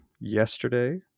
yesterday